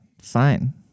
Fine